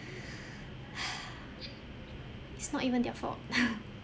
it's not even their fault